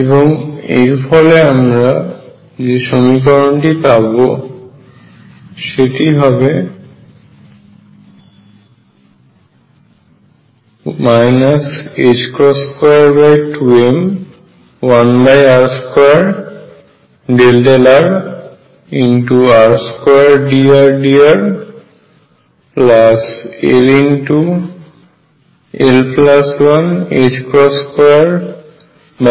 এবং এর ফলে আমরা সমীকরণটি যা পাবো 22m1r2∂r r2dRdrll122mr2RVrRER